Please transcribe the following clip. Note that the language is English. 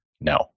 no